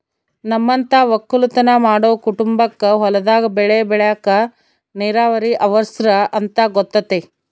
ನಮ್ಮಂತ ವಕ್ಕಲುತನ ಮಾಡೊ ಕುಟುಂಬಕ್ಕ ಹೊಲದಾಗ ಬೆಳೆ ಬೆಳೆಕ ನೀರಾವರಿ ಅವರ್ಸ ಅಂತ ಗೊತತೆ